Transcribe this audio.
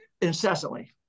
incessantly